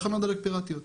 תחנות דלק פיראטיות,